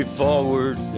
forward